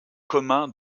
commun